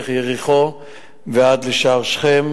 דרך יריחו ועד לשער שכם,